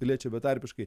tai liečia betarpiškai